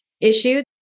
issue